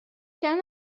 كان